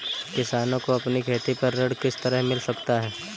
किसानों को अपनी खेती पर ऋण किस तरह मिल सकता है?